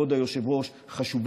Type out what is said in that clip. כבוד היושב-ראש,